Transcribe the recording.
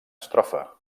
estrofa